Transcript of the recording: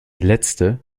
letzte